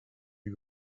you